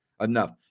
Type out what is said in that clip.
enough